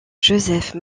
joseph